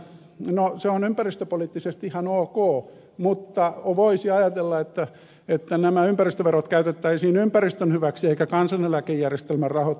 no se on ympäristöpoliittisesti ihan ok mutta voisi ajatella että nämä ympäristöverot käytettäisiin ympäristön hyväksi eikä kansaneläkejärjestelmän rahoittamiseen